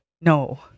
No